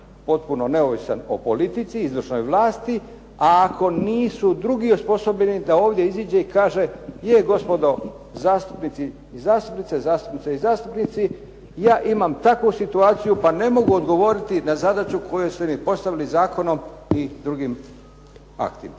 potpuno neovisan o politici, izvršnoj vlasti. A ako nisu drugi osposobljeni da ovdje iziđe i kaže je gospodo zastupnici i zastupnice ja imam takvu situaciju pa ne mogu odgovoriti na zadaću koju ste mi postavili zakonom i drugim aktima.